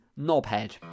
knobhead